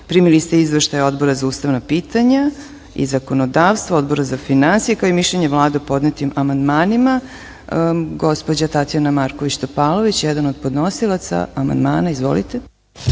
ste izveštaje Odbora za ustavna pitanja i zakonodavstvo i Odbora za finansije, kao i mišljenje Vlade o podnetim amandmanima. Gospođa Tatjana Marković Topalović, jedan od podnosilaca amandmana, izvolite.